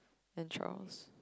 and Charles